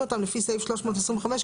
הפרסום לציבור עלתה חשיבה מחדש,